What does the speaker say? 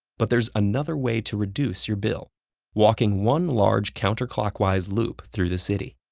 but there's another way to reduce your bill walking one large counterclockwise loop through the city.